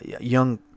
young